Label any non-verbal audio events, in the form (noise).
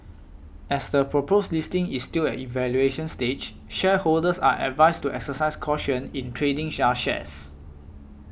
as the proposed listing is still at evaluation stage shareholders are advised to exercise caution in trading (unintelligible) shares